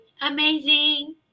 Amazing